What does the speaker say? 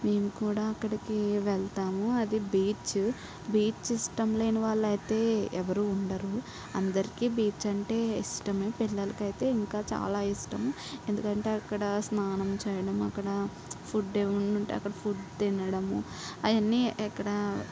మేము కూడా అక్కడికి వెళ్తాము అది బీచ్ బీచ్ ఇష్టం లేని వాళ్ళైతే ఎవరు ఉండరు అందరికి బీచ్ అంటే ఇష్టమే పిల్లలకైతే ఇంకా చాలా ఇష్టం ఎందుకంటే అక్కడ స్నానం చేయడం అక్కడ ఫుడ్ ఏమైన ఉంటే అక్కడ ఫుడ్ తినడము అవన్నీ అక్కడ